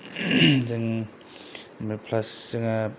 जों ओमफ्राय प्लास जोंहा